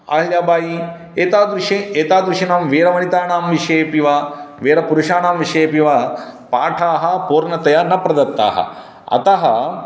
अहल्याबाई एतादृशी एतादृशी वीरवनितानां विषयेऽपि वा वीरपुरुषाणां विषयेऽपि वा पाठाः पूर्णतया न प्रदत्ताः अतः